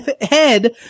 head